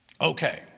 Okay